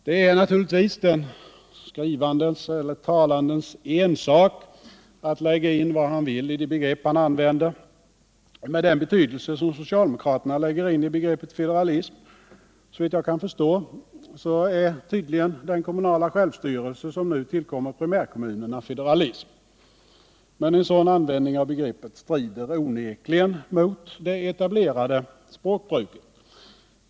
Det är naturligtvis den skrivandes eller den talandes ensak att lägga in vad han vill i de begrepp han använder. Med den betydelse som socialdemokraterna såvitt jag kan förstå lägger in i begreppet federalism så innebär den kommunala självstyrelse som nu tillkommer primärkommunerna federalism. Men en sådan användning av begreppet strider onekligen mot det etablerade språkbruket.